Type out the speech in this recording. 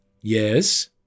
Yes